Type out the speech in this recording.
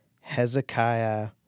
Hezekiah